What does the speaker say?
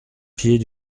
pieds